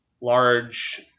large